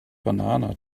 banana